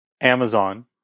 Amazon